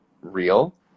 real